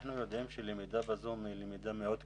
אנחנו יודעים שלמידה בזום היא למידה מאוד קשה.